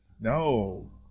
No